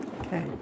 Okay